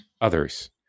others